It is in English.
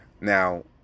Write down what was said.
Now